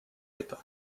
это